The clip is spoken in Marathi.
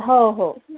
हो ओके